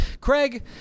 Craig